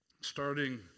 Starting